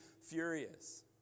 furious